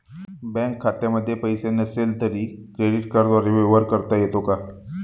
Bank खात्यामध्ये पैसे नसले तरी क्रेडिट कार्डद्वारे व्यवहार करता येतो का?